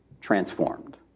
transformed